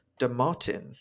DeMartin